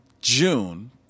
June